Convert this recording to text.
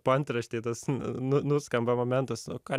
paantraštėj tas nu nuskamba momentas o ką